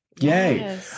yay